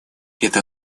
эта